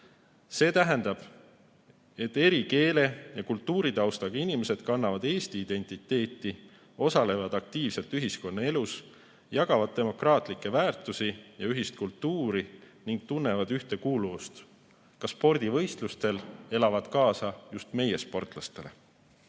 See tähendab, et eri keele‑ ja kultuuritaustaga inimesed kannavad eesti identiteeti, osalevad aktiivselt ühiskonnaelus, jagavad demokraatlikke väärtusi ja ühist kultuuri ning tunnevad ühtekuuluvust. Ka spordivõistlustel elavad nad kaasa just meie sportlastele.